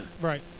Right